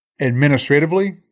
Administratively